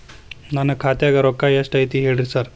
ನನ್ ಖಾತ್ಯಾಗ ರೊಕ್ಕಾ ಎಷ್ಟ್ ಐತಿ ಹೇಳ್ರಿ ಸಾರ್?